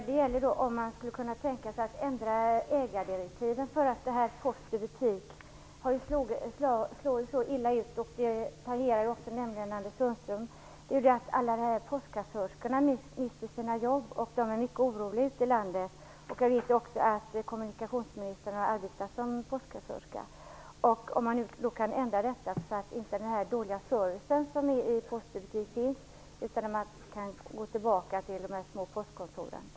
Fru talman! Också jag vill ställa en fråga till kommunikationsministern, som också tangerar Anders Sundströms område. Jag undrar om man skulle kunna tänka sig att ändra ägardirektiven, eftersom verksamheten med post-i-butik inte har gått så bra. Alla berörda postkassörskor mister sina jobb, och många ute i landet är mycket oroliga. Jag vet att också kommunikationsministern har arbetat som postkassörska. Eftersom servicen fungerar dåligt i post-ibutik-verksamheten undrar jag om man inte kan gå tillbaka till de små postkontoren.